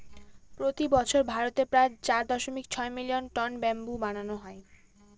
প্রতি বছর ভারতে প্রায় চার দশমিক ছয় মিলিয়ন টন ব্যাম্বু বানানো হয়